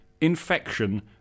Infection